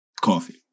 coffee